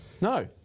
No